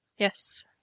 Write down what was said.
Yes